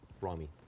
rami